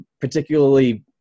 particularly